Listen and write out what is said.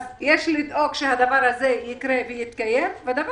יש לדאוג שהדבר הזה יתקיים, ואם